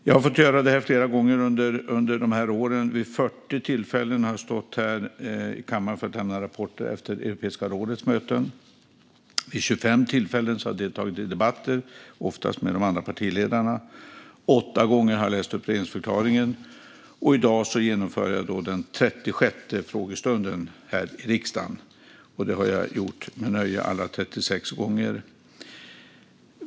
Jag har fått göra det flera gånger under de här åren. Vid 40 tillfällen har jag stått här i kammaren för att lämna rapporter efter Europeiska rådets möten. Vid 25 tillfällen har jag deltagit i debatter, oftast med de andra partiledarna. Åtta gånger har jag läst upp regeringsförklaringen. I dag genomför jag den 36:e frågestunden här i riksdagen, och alla de 36 gångerna har jag gjort det med nöje.